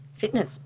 Fitness